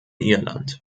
irland